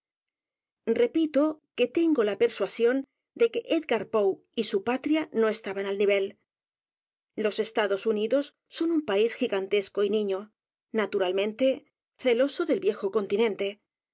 repito que tengo la persuasión de que e d g a r poe y su patria no estaban al nivel los estados unidos son un país gigantesco y niño naturalmente celoso del viejo continente